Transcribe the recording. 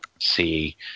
see